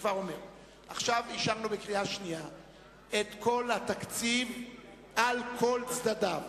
את כל התקציב על כל צדדיו,